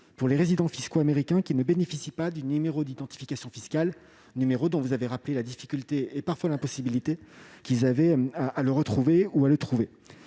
pour les résidents fiscaux américains qui ne bénéficient pas du numéro d'identification fiscale, numéro dont vous avez rappelé la difficulté, et parfois l'impossibilité qu'ils avaient à le trouver ou à le retrouver.